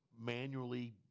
manually